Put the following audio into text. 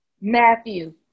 Matthew